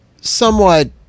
somewhat